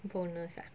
bonus ah